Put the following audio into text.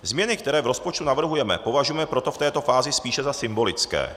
Změny, které v rozpočtu navrhujeme, považujeme proto v této fázi spíše za symbolické.